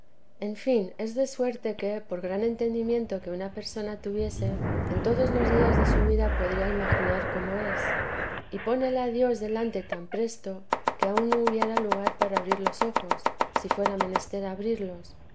en fin es de suerte que por gran entendimiento que una persona tuviese en todos los días de su vida podría imaginar cómo es y pónela dios delante tan presto que aun no hubiera lugar para abrir los ojos si fuera menester abrirlos